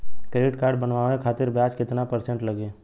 Credit card बनवाने खातिर ब्याज कितना परसेंट लगी?